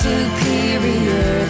Superior